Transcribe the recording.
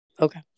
Okay